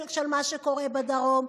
למה שקורה בדרום,